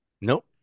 Nope